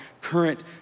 current